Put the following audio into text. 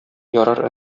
ярар